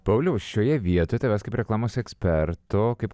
pauliau šioje vietoj tavęs kaip reklamos eksperto kaip